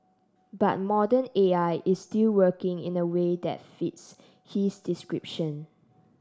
but modern A I is still working in a way that fits his description